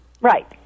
Right